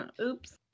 Oops